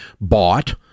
bought